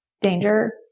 Danger